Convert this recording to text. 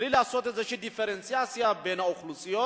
בלי לעשות דיפרנציאציה בין האוכלוסיות?